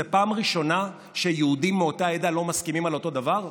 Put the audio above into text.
זאת פעם ראשונה שיהודים מאותה עדה לא מסכימים על אותו דבר?